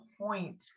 point